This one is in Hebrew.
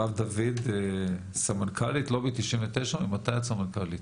דוד, סמנכ"לית לובי 99. ממתי את סמנכ"לית?